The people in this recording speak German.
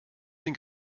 den